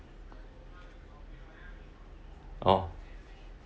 oh